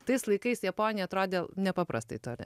tais laikais japonija atrodė nepaprastai toli